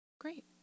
Great